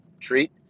treat